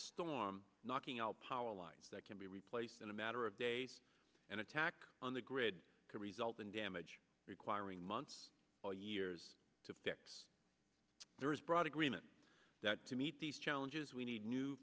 storm knocking out power lines that can be replaced in a matter of days an attack on the grid can result in damage requiring months or years to fix there is broad agreement that to meet these challenges we need new